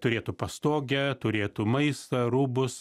turėtų pastogę turėtų maistą rūbus